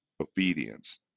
obedience